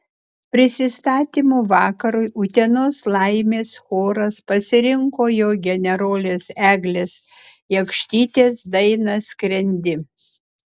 prisistatymo vakarui utenos laimės choras pasirinko jo generolės eglės jakštytės dainą skrendi